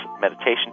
meditation